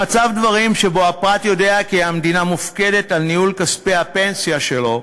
במצב דברים שבו הפרט יודע כי המדינה מופקדת על ניהול כספי הפנסיה שלו,